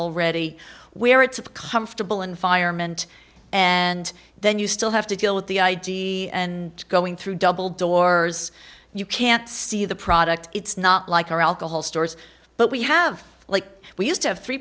already where it's a comfortable environment and then you still have to deal with the id and going through double doors you can't see the product it's not like our alcohol stores but we have like we used to have three